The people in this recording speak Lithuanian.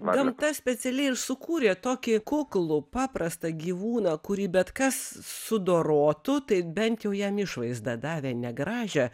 gamta specialiai ir sukūrė tokį kuklų paprastą gyvūną kurį bet kas sudorotų tai bent jau jam išvaizdą davė negražią